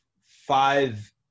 five